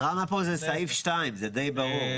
הדרמה פה זה סעיף 2, זה די ברור.